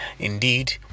Indeed